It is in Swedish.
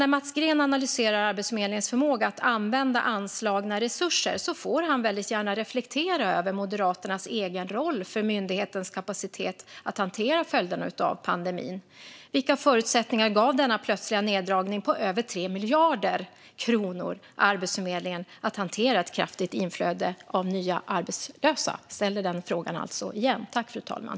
När Mats Green analyserar Arbetsförmedlingens förmåga att använda anslagna resurser får han väldigt gärna reflektera över Moderaternas egen roll för myndighetens kapacitet att hantera följderna av pandemin. Vilka förutsättningar gav den plötsliga neddragningen om mer än 3 miljarder kronor Arbetsförmedlingen att hantera ett kraftigt inflöde av nya arbetslösa? Jag ställer den frågan igen.